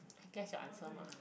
I guess your answer mah